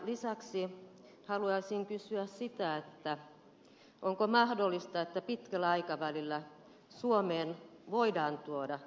lisäksi haluaisin kysyä sitä onko mahdollista että pitkällä aikavälillä suomeen voidaan tuoda ydinpolttoainetta loppusijoitukseen